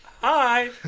hi